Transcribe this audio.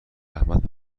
احمد